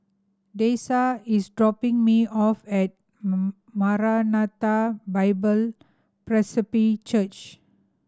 Dessa is dropping me off at Maranatha Bible Presby Church